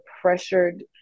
pressured